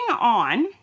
on